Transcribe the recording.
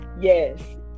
Yes